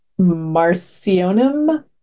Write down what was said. marcionum